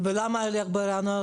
ולמה רק בינואר?